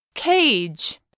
Cage